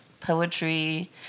poetry